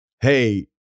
hey